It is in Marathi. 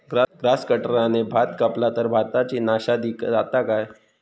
ग्रास कटराने भात कपला तर भाताची नाशादी जाता काय?